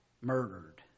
murdered